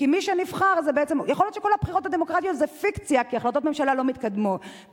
יכול להיות שהבחירות הדמוקרטיות הן פיקציה כי החלטות ממשלה לא מתקיימות.